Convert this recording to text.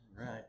right